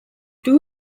two